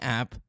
app